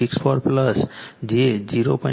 64 j 0